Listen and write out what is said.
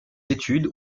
études